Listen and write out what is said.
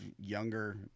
younger